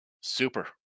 Super